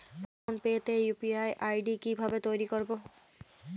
Phone pay তে UPI ID কি ভাবে তৈরি করবো?